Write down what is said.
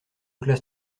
classe